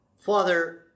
Father